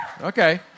Okay